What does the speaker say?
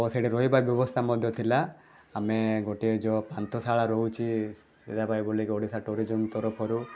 ଓ ସେଇଠି ରହିବା ବ୍ୟବସ୍ଥା ମଧ୍ୟ ଥିଲା ଆମେ ଗୋଟିଏ ଯେଉଁ ପାନ୍ଥଶାଳା ରହୁଛି ସେଇଟାପାଇଁ ବୋଲିକି ଓଡ଼ିଶା ଟୁରିଜିମ ତରଫରୁ